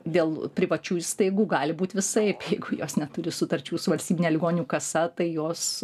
dėl privačių įstaigų gali būti visaip jeigu jos neturi sutarčių su valstybine ligonių kasa tai jos